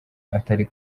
atari